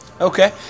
okay